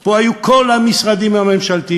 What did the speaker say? פה היו כל המשרדים הממשלתיים,